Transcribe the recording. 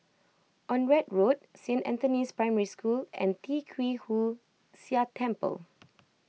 Onraet Road Saint Anthony's Primary School and Tee Kwee Hood Sia Temple